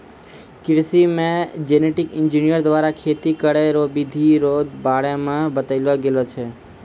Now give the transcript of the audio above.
कृषि मे genetic engineer द्वारा खेती करै रो बिधि रो बारे मे बतैलो गेलो छै